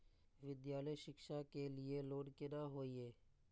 विद्यालय शिक्षा के लिय लोन केना होय ये?